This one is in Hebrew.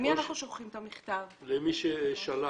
במידה וילד יגיד שהוא רוצה להודיע לנציבה אנחנו נדאג שזה יעבור אליה.